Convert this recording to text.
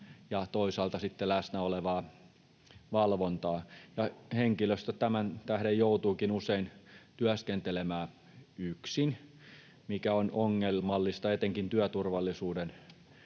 ja toisaalta läsnä olevaa valvontaa. Henkilöstö tämän tähden joutuukin usein työskentelemään yksin, mikä on ongelmallista etenkin työturvallisuuden